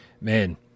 man